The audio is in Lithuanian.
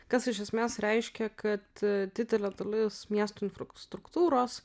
kas iš esmės reiškia kad didelė dalis miestų infrastruktūros